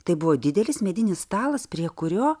tai buvo didelis medinis stalas prie kurio